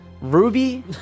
Ruby